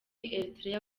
eritrea